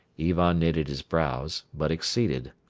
ivan knitted his brows but acceded.